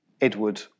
Edward